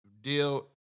deal